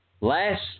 last